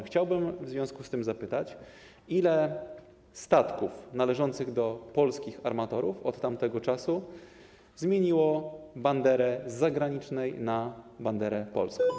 Chciałbym w związku z tym zapytać, ile statków należących do polskich armatorów od tamtego czasu zmieniło banderę z zagranicznej na polską.